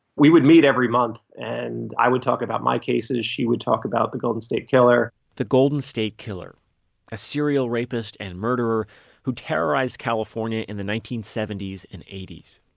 we would meet every month and i would talk about my cases and she would talk about the golden state killer. the golden state killer a serial rapist and murderer who terrorized california in the nineteen seventy s and eighty s.